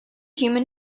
human